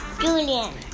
Julian